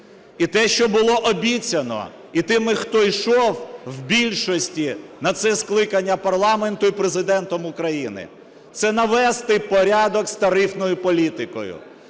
і те, що було обіцяно і тими, хто йшов в більшості на це скликання парламенту, і Президентом України, – це навести порядок з тарифною політикою,